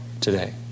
today